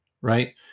right